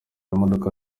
imodoka